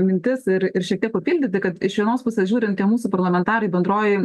mintis ir ir šiek tiek papildyti kad iš vienos pusės žiūrint tie mūsų parlamentarai bendroj